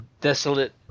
desolate